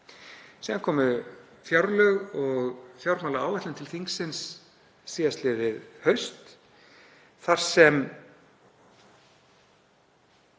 Síðan komu fjárlög og fjármálaáætlun til þingsins síðastliðið haust þar sem